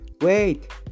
Wait